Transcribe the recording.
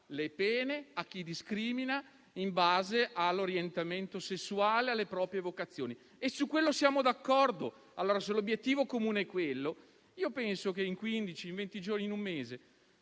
le pene per chi discrimina in base all'orientamento sessuale e alle proprie vocazioni. Su questo siamo d'accordo. Se l'obiettivo comune è quello, ritengo che in quindici-venti giorni o in un mese